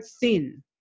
thin